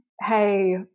hey